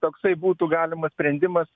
toksai būtų galimas sprendimas